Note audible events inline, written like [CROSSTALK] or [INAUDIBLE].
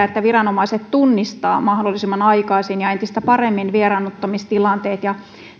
[UNINTELLIGIBLE] että viranomaiset tunnistavat mahdollisimman aikaisin ja entistä paremmin vieraannuttamistilanteet ja